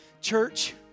Church